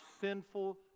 sinful